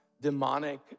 demonic